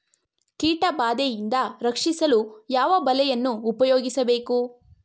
ಕೀಟಬಾದೆಯಿಂದ ರಕ್ಷಿಸಲು ಯಾವ ಬಲೆಯನ್ನು ಉಪಯೋಗಿಸಬೇಕು?